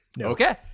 Okay